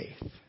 faith